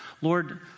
Lord